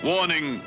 Warning